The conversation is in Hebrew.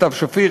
סתיו שפיר,